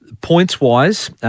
Points-wise